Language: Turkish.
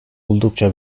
oldukça